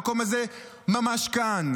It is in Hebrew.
המקום הזה הוא ממש כאן.